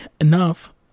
enough